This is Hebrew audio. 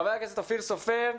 עכשיו חבר הכנסת אופיר סופר,